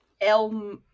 El